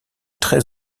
très